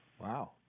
Wow